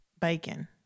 bacon